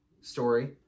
story